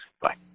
Bye